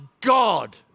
God